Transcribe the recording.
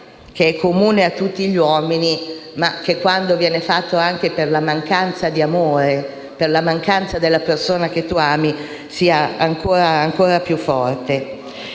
che è comune a tutti gli uomini, ma che quando si verifica anche per la mancanza di amore, per la perdita della persona che si ama, sia ancora più forte.